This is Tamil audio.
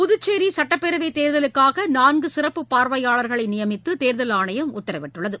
புதுச்சோ சட்டப்பேரவைத் தேர்தலுக்காக நான்கு சிறப்பு பார்வையாளர்களை நியமித்து தேர்தல் ஆனையம் டத்தரவிட்டுள்ளது